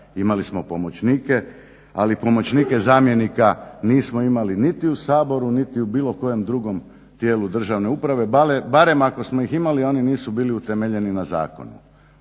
imali smo pomoćnike, ali pomoćnike zamjenika nismo imali niti u Saboru, niti u bilo kojem drugom tijelu državne uprave. Barem ako smo ih imali oni nisu bili utemeljeni na zakonu.